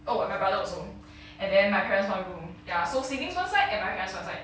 oh my brother also and then my parents one room ya so siblings one side and my parents one side